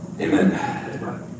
Amen